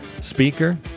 speaker